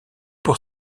pour